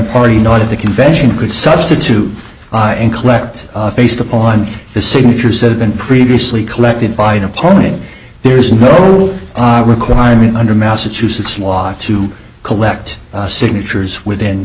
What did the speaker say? party nod of the convention could substitute and collect based upon the signatures that have been previously collected by an opponent there is no requirement under massachusetts law to collect signatures within